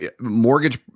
mortgage